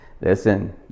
Listen